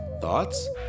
Thoughts